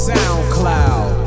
SoundCloud